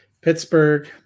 Pittsburgh